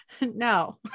No